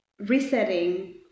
resetting